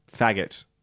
faggot